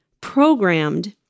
programmed